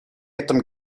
этом